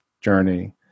journey